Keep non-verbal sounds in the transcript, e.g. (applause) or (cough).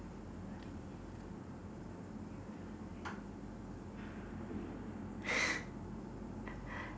(laughs)